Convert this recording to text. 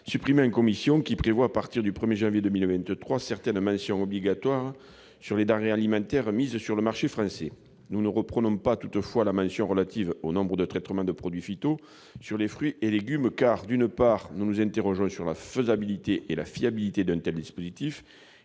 supprimé en commission, qui prévoyait, à partir du 1 janvier 2023, certaines mentions obligatoires sur les denrées alimentaires mises sur le marché français. Toutefois, nous ne reprenons pas la mention relative au nombre de traitements par produits phytosanitaires sur les fruits et légumes, car, d'une part, nous nous interrogeons sur la faisabilité et la fiabilité d'un tel dispositif